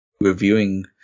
reviewing